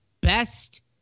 best